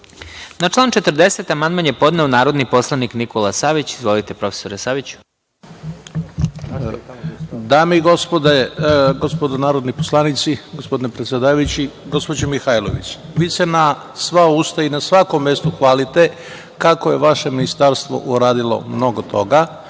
član 40. amandman je podneo narodni poslanik Nikola Savić. Izvolite. **Nikola Savić** Dame i gospodo narodni poslanici, gospodine predsedavajući, gospođo Mihajlović, vi ste na sva usta i na svakom mestu hvalite kako je vaše ministarstvo uradili mnogo toga